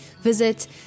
visit